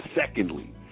Secondly